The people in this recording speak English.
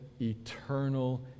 eternal